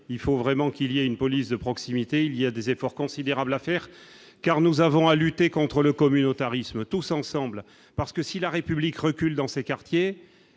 il faut vraiment qu'il y a une police de proximité, il y a des efforts considérables à faire, car nous avons à lutter contre le communautarisme, tous ensemble, parce que si la République recule dans ces quartiers,